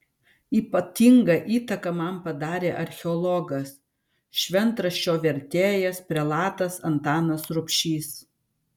ypatingą įtaką man padarė archeologas šventraščio vertėjas prelatas antanas rubšys